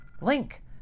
Link